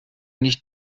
nicht